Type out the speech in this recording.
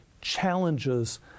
challenges